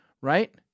right